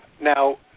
Now